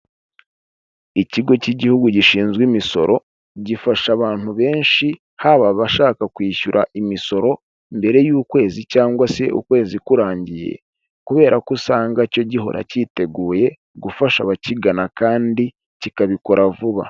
Ikigo cy'igihugu gishinzwe imisoro gifasha abantu benshi haba abashaka kwishyura imisoro mbere y'ukwezi cyangwa se ukwezi kurangiye, kubera ko usanga icyo gihora cyiteguye gufasha abakigana kandi kikabikora vuba.